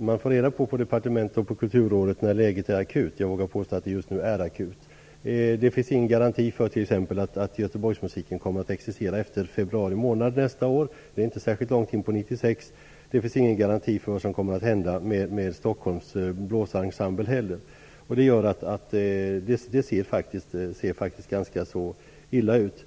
man på departementet och i Kulturrådet kommer att få reda på om läget är akut. Jag vågar påstå att det just nu är akut. Det finns ingen garanti för att t.ex. Göteborgsmusiken kommer att existera efter februari månad nästa år. Det är inte särskilt långt inpå 1996. Det finns inte heller någon garanti för vad som kommer att hända med Stockholms blåsarensemble. Det gör att det ser ganska illa ut.